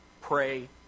pray